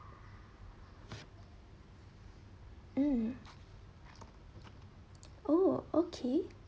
mm oh okay